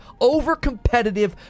Overcompetitive